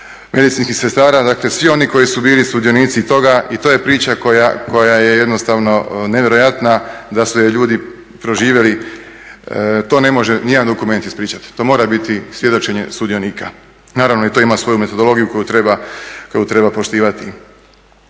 medicinskih sestara, dakle svi oni koji su bili sudionici toga i to je priča koja je jednostavno nevjerojatna da su je ljudi proživjeli. To ne može ni jedan dokument ispričati, to mora biti svjedočenje sudionika. Naravno i to ima svoju metodologiju koju treba poštivati.